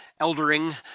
eldering